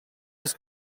his